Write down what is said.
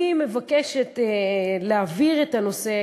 אני מבקשת להבהיר את הנושא.